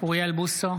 אוריאל בוסו,